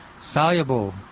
soluble